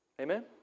Amen